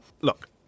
Look